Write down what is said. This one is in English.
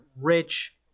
rich